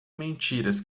mentiras